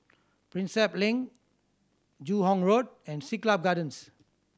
Prinsep Link Joo Hong Road and Siglap Gardens